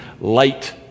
light